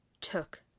took